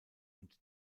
und